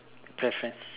preference